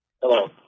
Hello